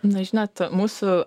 na žinot mūsų